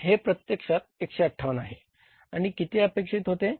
हे प्रत्यक्षात 158 आहे आणि किती अपेक्षित होते